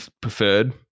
preferred